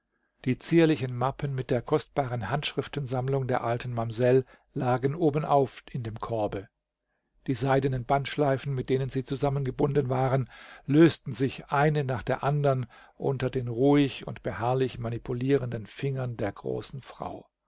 die zierlichen mappen mit der kostbaren handschriftensammlung der alten mamsell lagen obenauf in dem korbe die seidenen bandschleifen mit denen sie zusammengebunden waren lösten sich eine nach der andern unter den ruhig und beharrlich manipulierenden fingern der großen frau